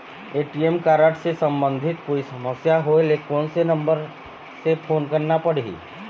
ATM card से संबंधित कोई समस्या होय ले, कोन से नंबर से फोन करना पढ़ही?